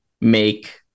make